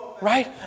Right